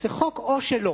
זה חוק "או שלא".